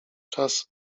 czas